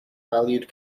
valued